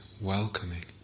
welcoming